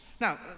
Now